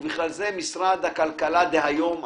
ובכלל זה משרד הכלכלה דה-היום,